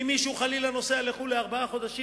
ואם מישהו חלילה נוסע לחו"ל לארבעה חודשים,